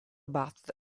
bath